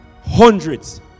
Hundreds